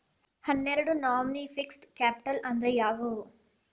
ಹನ್ನೆರ್ಡ್ ನಮ್ನಿ fixed capital ಅಂದ್ರ ಯಾವವ್ಯಾವು?